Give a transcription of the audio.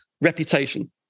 Reputation